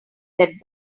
that